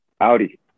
audi